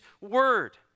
word